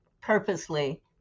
purposely